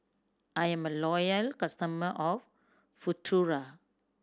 I'm a loyal customer of Futuro